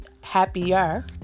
happier